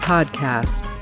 Podcast